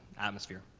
atmosphere?